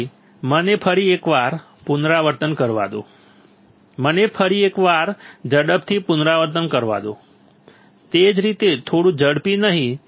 તેથી મને ફરી એક વાર પુનરાવર્તન કરવા દો મને ફરી એક વાર ઝડપથી પુનરાવર્તન કરવા દો તે જ રીતે થોડું ઝડપી નહીં